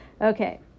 Okay